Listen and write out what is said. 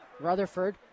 Rutherford